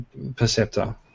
Perceptor